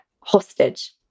hostage